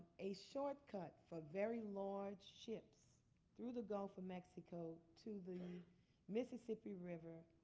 a shortcut for very large ships through the gulf of mexico to the mississippi river